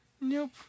Nope